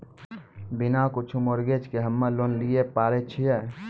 बिना कुछो मॉर्गेज के हम्मय लोन लिये पारे छियै?